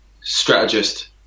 strategist